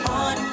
on